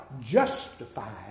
justified